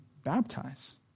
baptize